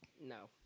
No